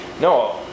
no